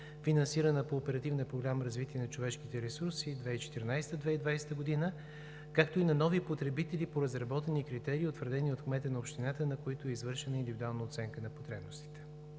ресурси“ 2014 – 2020 г., както и на нови потребители по разработени критерии, утвърдени от кмета на общината, на които е извършена индивидуална оценка на потребностите.